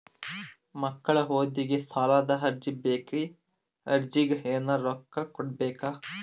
ಮಕ್ಕಳ ಓದಿಗಿ ಸಾಲದ ಅರ್ಜಿ ಬೇಕ್ರಿ ಅರ್ಜಿಗ ಎನರೆ ರೊಕ್ಕ ಕೊಡಬೇಕಾ?